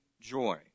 joy